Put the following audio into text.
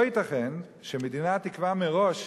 לא ייתכן שמדינה תקבע מראש